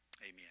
amen